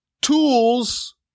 tools